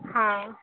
हाँ